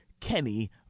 Kenny